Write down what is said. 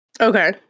Okay